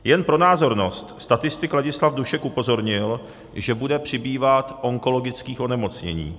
Jen pro názornost, statistik Ladislav Dušek upozornil, že bude přibývat onkologických onemocnění.